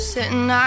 Sitting